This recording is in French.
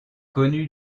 connu